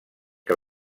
que